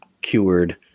cured